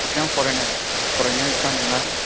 बेसेबां फरायनाय फरायनाया बेसेबां नोंना